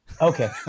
Okay